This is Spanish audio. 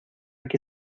que